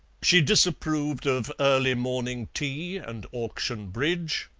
she disapproved of early morning tea and auction bridge,